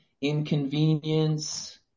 inconvenience